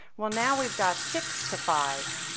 well, now we've got six to five.